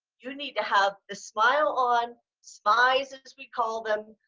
you need to have a smile on smeyes as we call them.